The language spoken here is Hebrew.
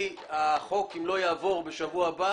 אם הצעת החוק לא תעבור בשבוע הבא